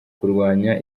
kurwanya